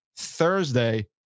Thursday